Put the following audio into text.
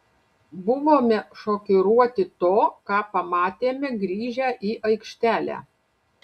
buvome šokiruoti to ką pamatėme grįžę į aikštelę